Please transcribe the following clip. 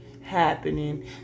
happening